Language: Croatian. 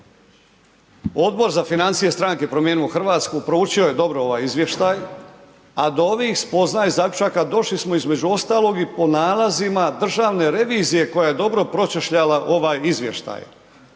Odbor za financije stranke Promijenimo Hrvatsku proučio je dobro ovaj izvještaj a do ovih spoznaja i zaključaka došli smo između ostalog i po nalazima državne revizije koja je dobro pročešljala ovaj izvještaj.